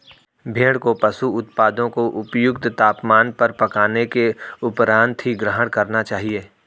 भेड़ को पशु उत्पादों को उपयुक्त तापमान पर पकाने के उपरांत ही ग्रहण करना चाहिए